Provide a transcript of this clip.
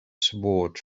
sword